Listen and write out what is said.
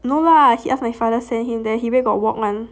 no lah he asked my father send him then he where got walk [one]